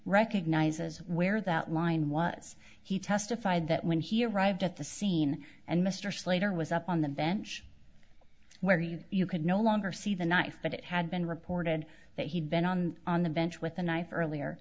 recognizes where that line was he testified that when he arrived at the scene and mr slater was up on the bench where he you could no longer see the knife but it had been reported that he'd been on on the bench with a knife earlier